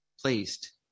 placed